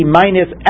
minus